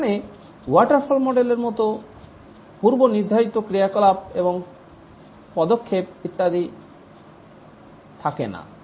এখানে ওয়াটারফল মডেলের মতো পূর্বনির্ধারিত ক্রিয়াকলাপ এবং পদক্ষেপ ইত্যাদি থাকে না